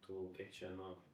tų kiek čia nu